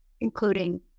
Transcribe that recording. including